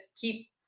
keep